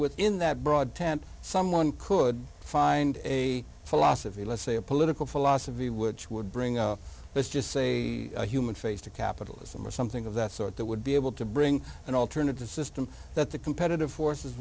within that broad tent someone could find a philosophy let's say a political philosophy which would bring let's just say a human face to capitalism or something of that sort that would be able to bring an alternative system that the competitive forces